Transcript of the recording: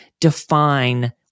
define